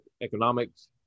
economics